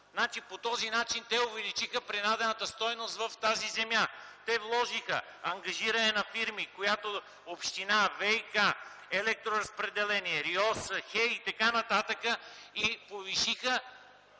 По този начин те увеличиха принадената стойност в тази земя. Те вложиха ангажиране на фирми, която община, ВиК, „Електроразпределение”, РИОСВ, ХЕИ и т.н. и повишиха